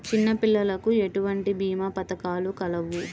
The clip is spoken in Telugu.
చిన్నపిల్లలకు ఎటువంటి భీమా పథకాలు కలవు?